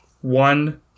One